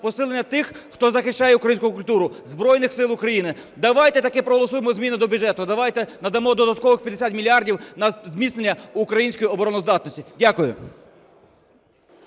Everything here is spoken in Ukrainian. посилення тих, хто захищає українську культуру, Збройних Сил України. Давайте-таки проголосуємо зміни до бюджету. Давайте надамо додаткових 50 мільярдів на зміцнення української обороноздатності. Дякую.